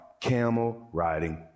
camel-riding